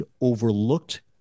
overlooked